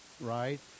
right